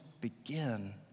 begin